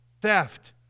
theft